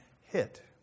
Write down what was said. hit